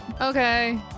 okay